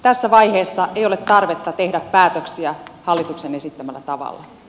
tässä vaiheessa ei ole tarvetta tehdä päätöksiä hallituksen esittämällä tavalla